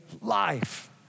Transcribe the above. life